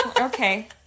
Okay